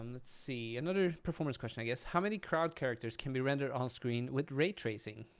um let's see, another performance question, i guess. how many crowd characters can be rendered on screen with ray tracing?